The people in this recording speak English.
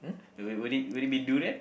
would would it would it be durian